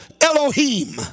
Elohim